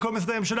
לכל משרדי הממשלה,